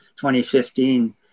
2015